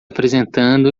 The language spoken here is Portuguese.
apresentando